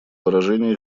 выражение